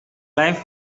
life